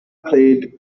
played